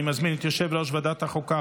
אני מזמין את יושב-ראש ועדת החוקה,